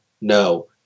no